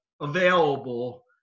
available